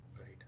right